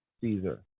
Caesar